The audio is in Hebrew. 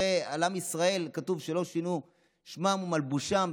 הרי על עם ישראל כתוב שלא שינו שמם ומלבושם,